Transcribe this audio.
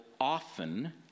often